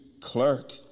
clerk